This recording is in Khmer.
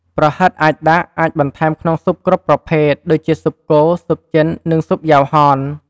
ប្រហិតអាចដាក់ អាចបន្ថែមក្នុងស៊ុបគ្រប់ប្រភេទ ដូចជាស៊ុបគោ ស៊ុបចិន និងស៊ុបយ៉ាវហន។